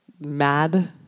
mad